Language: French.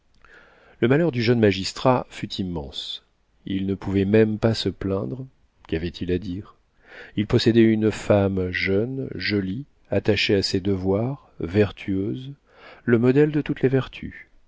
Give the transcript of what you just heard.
le malheur du jeune magistrat fut immense il ne pouvait même pas se plaindre qu'avait-il à dire il possédait une femme jeune jolie attachée à ses devoirs vertueuse le modèle de toutes les vertus